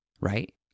right